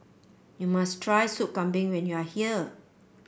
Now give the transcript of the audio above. you must try Soup Kambing when you are here